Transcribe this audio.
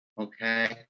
Okay